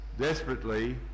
Desperately